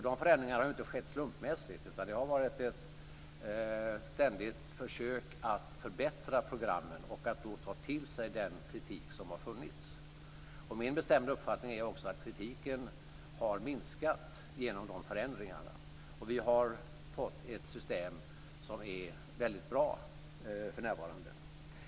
De förändringarna har inte skett slumpmässigt, utan det har varit ständiga försök att förbättra programmen och att ta till sig den kritik som har funnits. Det är också min bestämda uppfattning att kritiken har minskat genom de förändringarna. Vi har fått ett system som för närvarande är väldigt bra.